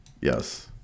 Yes